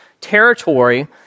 territory